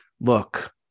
look